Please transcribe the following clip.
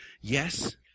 yes